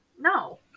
no